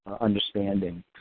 understanding